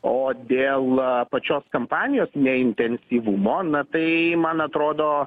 o dėl pačios kampanijos neintensyvumo na tai man atrodo